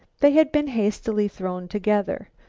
they had been hastily thrown together.